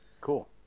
Cool